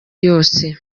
yose